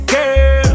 Girl